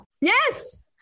Yes